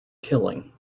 killing